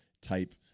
type